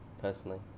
personally